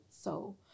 So-